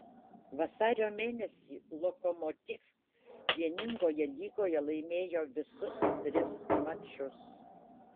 vasario mėnesį lokomotiv vieningoje lygoje laimėjo visus tris mačus